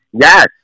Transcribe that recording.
Yes